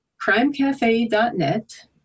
crimecafe.net